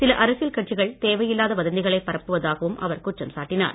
சில அரசியல் கட்சிகள் தேவையில்லாத வதந்திகளை பரப்புவதாகவும் அவர் குற்றம் சாட்டினார்